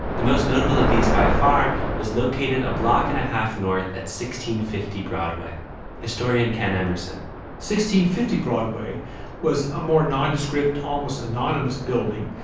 the most notable of these by far was located a block and a half north. at sixteen fifty broadway historian ken emerson sixteen fifty broadway was a more nondescript, almost anonymous building,